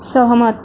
सहमत